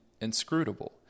inscrutable